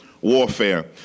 warfare